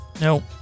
No